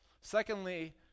Secondly